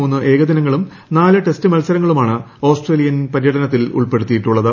മൂന്ന് ഏകദിനങ്ങളും നാല് ടെസ്റ്റ് മത്സരങ്ങളുമാണ് ഓസ്ട്രേലിയൻ പര്യടനത്തിൽ ഉൾപ്പെടുത്തിയിട്ടുള്ളത്